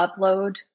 upload